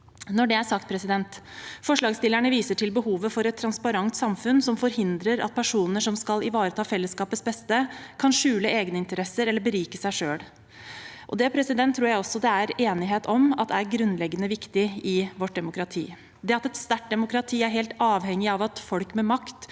Når det er sagt: Forslagsstillerne viser til behovet for et transparent samfunn som forhindrer at personer som skal ivareta fellesskapets beste, kan skjule egeninteresser eller berike seg selv. Det tror jeg også det er enighet om at er grunnleggende viktig i vårt demokrati. Det at et sterkt demokrati er helt avhengig av at folk med makt